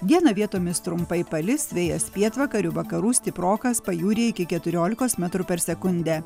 dieną vietomis trumpai palis vėjas pietvakarių vakarų stiprokas pajūryje iki keturiolikos metrų per sekundę